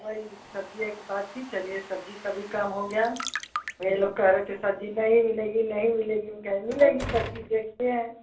वही सब्जियै की बात थी चलिए सब्ज़ी का भी काम हो गया ये लोग कह रहे थे सब्ज़ी नहीं मिलेगी नहीं मिलेगी हम कहे मिलेगी सब्ज़ी देखते हैं